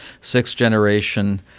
sixth-generation